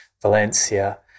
Valencia